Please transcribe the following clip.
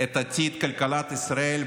את עתיד כלכלת ישראל,